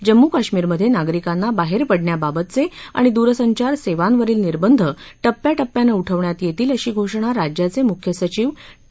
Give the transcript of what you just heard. जम्मू कश्मीरमध्ये नागरिकांना बाहेर पडण्याबाबतचे आणि दूरसंचार सेवांवरील निर्बंध टप्प्याटप्प्यानं उठवण्यात येतील अशी घोषणा राज्याचे मुख्य सचिव टी